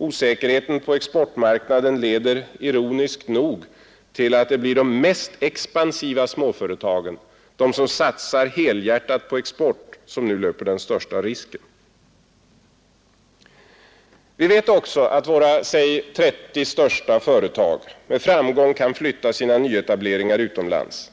Osäkerheten på exportmarknaden leder ironiskt nog till att det blir de mest expansiva småföretagen, de som helhjärtat satsar på export, som nu löper den största risken. Vi vet också att våra, säg 30 största företag med framgång kan flytta sina nyetableringar utomlands,